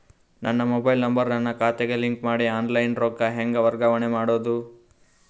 ನನ್ನ mobile number ನನ್ನ ಖಾತೆಗೆ ಲಿಂಕ್ ಮಾಡಿ ಆನ್ಲೈನ್ ರೊಕ್ಕ ಹೆಂಗ ವರ್ಗಾವಣೆ ಮಾಡೋದು?